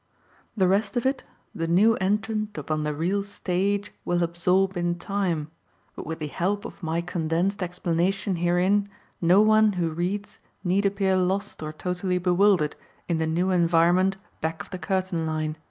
the rest of it the new entrant upon the real stage will absorb in time, but with the help of my condensed explanation herein no one who reads need appear lost or totally bewildered in the new environment back of the curtain line.